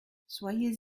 soyez